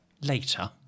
later